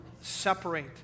separate